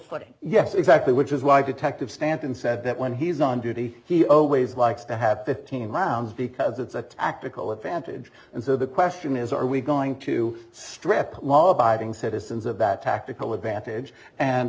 footing yes exactly which is why detective stanton said that when he's on duty he always likes to have fifteen mounds because it's a tactical advantage and so the question is are we going to strip law abiding citizens of that tactical advantage and